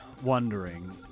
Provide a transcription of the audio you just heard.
wondering